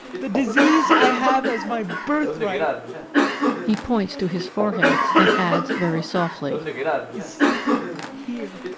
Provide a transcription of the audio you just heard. the disease i have as my birthright he points to his forehead and adds very softly is seated here